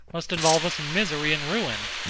must involve us in misery and ruin.